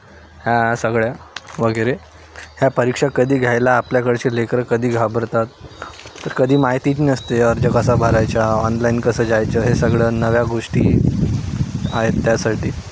ह्या सगळ्या वगैरे ह्या परीक्षा कधी घ्यायला आपल्याकडचे लेकरं कधी घाबरतात तर कधी माहितीच नसते अर्ज कसा भरायचा ऑनलाईन कसं जायचं हे सगळं नव्या गोष्टी आहेत त्यासाठी